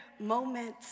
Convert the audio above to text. moments